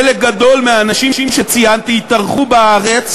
חלק גדול מהאנשים שציינתי התארחו בארץ